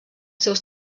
seus